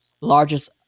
largest